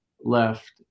left